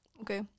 okay